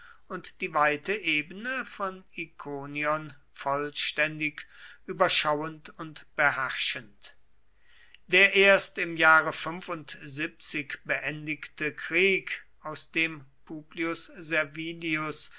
und die weite ebene von ikonion vollständig überschauend und beherrschend der erst im jahre beendigte krieg aus dem publius